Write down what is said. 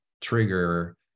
trigger